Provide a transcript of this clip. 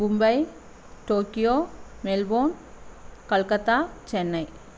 Mumbai Tokyo Melbourne Kolkata Chennai